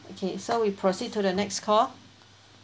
okay so we proceed to the next call